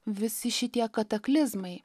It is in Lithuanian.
visi šitie kataklizmai